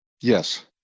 Yes